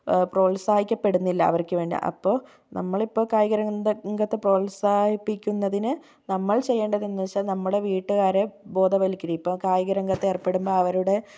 പ്രോത്സാഹിക്കപ്പെടുന്നില്ല അവർക്ക് വേണ്ടി അപ്പോൾ നമ്മളിപ്പോൾ കായിക രംഗത്തെ പ്രോത്സാഹിപ്പിക്കുന്നതിന് നമ്മൾ ചെയ്യേണ്ടതെന്ന് വച്ചാൽ നമ്മുടെ വീട്ടുകാരെ ബോധവൽക്കരിക്കുക ഇപ്പോൾ കായിക രംഗത്ത് ഏർപ്പെടുമ്പോൾ അവരുടെ